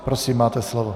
Prosím, máte slovo.